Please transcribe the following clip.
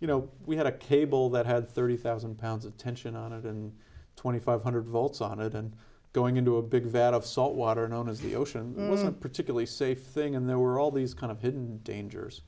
you know we had a cable that had thirty thousand pounds of tension on it than twenty five hundred volts on it and going into a big vat of salt water known as the ocean was a particularly safe thing and there were all these kind of hidden dangers